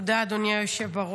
תודה, אדוני היושב-ראש.